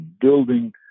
building